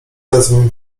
zadzwoń